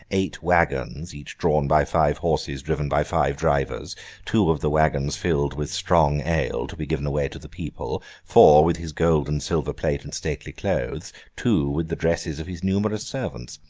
eight waggons, each drawn by five horses driven by five drivers two of the waggons filled with strong ale to be given away to the people four, with his gold and silver plate and stately clothes two, with the dresses of his numerous servants.